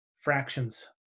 fractions